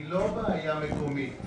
היא לא בעיה מקומית.